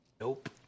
Nope